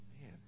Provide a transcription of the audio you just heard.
Man